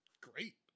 great